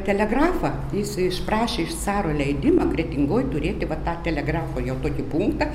telegrafą jis išprašė iš caro leidimą kretingoj turėti va tą telegrafo jau tokį punktą